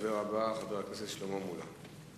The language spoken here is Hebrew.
הדובר הבא, חבר הכנסת שלמה מולה.